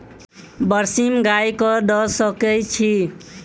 बरसीम गाय कऽ दऽ सकय छीयै?